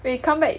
when you come back